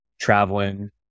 traveling